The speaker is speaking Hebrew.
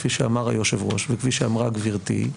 כפי שאמר היושב-ראש וכפי שאמרה גברתי,